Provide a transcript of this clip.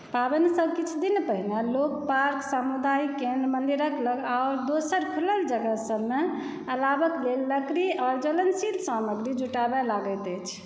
पावनिसँ किछु दिन पहिने लोक पार्क सामुदायिक केन्द्र मन्दिरक लग आओर दोसर खुलल जगह सभमे अलावक लेल लकड़ी आओर ज्वलनशील सामग्री जुटाबय लागैत अछि